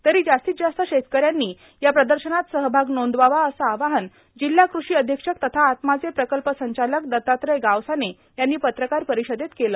तरी जास्तीत जास्त शेतकऱ्यांनी या प्रदर्शनात सहभाग नोंदवावा असं आवाहन जिल्हा कृषी अधीक्षक तथा आत्माचे प्रकल्प संचालक दत्तात्रय गावसाने यांनी पत्रकार परिषदेत केलं